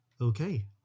Okay